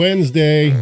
Wednesday